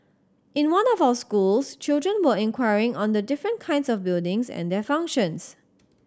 in one of our schools children were inquiring on the different kinds of buildings and their functions